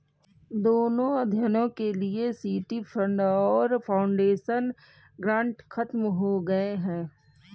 दोनों अध्ययनों के लिए सिटी फंड और फाउंडेशन ग्रांट खत्म हो गए हैं